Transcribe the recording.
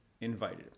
invited